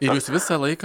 ir jūs visą laiką